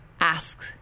Ask